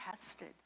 tested